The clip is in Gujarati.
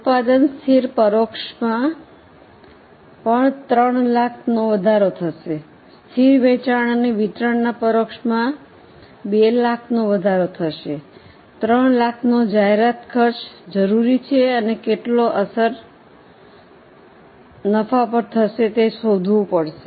ઉત્પાદન સ્થિર પરોક્ષમાં પણ 300000 નો વધારો થશે સ્થિર વેચાણ અને વિતરણના પરોક્ષમાં 200000 નો વધારો થશે 300000 નો જાહેરાત ખર્ચ જરૂરી છે અને કેટલો અસર નફા પર થશે તે શોધવું પડશે